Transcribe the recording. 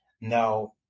Now